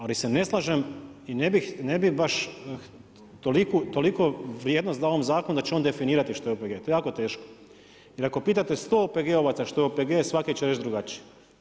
Ali se ne slažem i ne bih baš toliku vrijednost dao ovom zakonu da će on definirati što je OPG, to je jako teško jer ako pitate 100 OPG-ovaca što je OPG, svaki će reći drugačije.